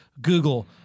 Google